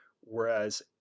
whereas